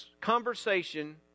conversation